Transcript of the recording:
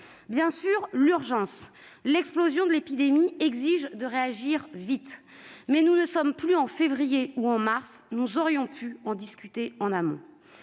Bien sûr, l'urgence, l'explosion de l'épidémie exigent de réagir vite, mais nous ne sommes plus en février ou en mars. Nous aurions pu en discuter en amont.